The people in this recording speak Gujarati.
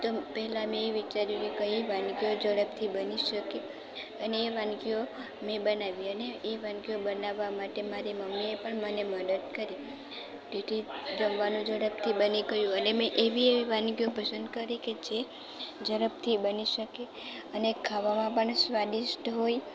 તો પહેલા મેં એ વિચાર્યું કે કઈ વાનગીઓ ઝડપથી બની શકે અને એ વાનગીઓ મેં બનાવી અને એ વાનગીઓ બનાવવા માટે મારી મમ્મીએ પણ મને મદદ કરી તેથી જમવાનું ઝડપથી બની ગયું અને મેં એવી એવી વાનગીઓ પસંદ કરી કે જે ઝડપથી બની શકે અને ખાવામાં પણ સ્વાદિષ્ટ હોય